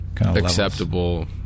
acceptable